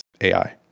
AI